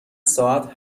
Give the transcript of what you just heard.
ساعت